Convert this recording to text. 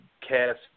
cast